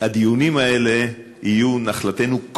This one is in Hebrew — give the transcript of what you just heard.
שהדיונים האלה יהיו נחלתנו,